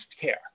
care